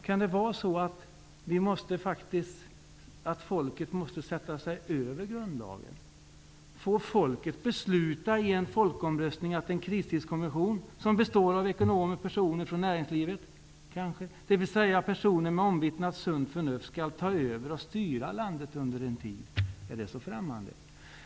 Kan det vara så att folket måste sätta sig över grundlagen? Får folket besluta i folkomröstning att en kristidskommission, som består av ekonomer, personer från näringslivet kanske, dvs. personer med omvittnat sunt förnuft, skall ta över och styra landet under en tid? Är det så främmande?